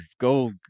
go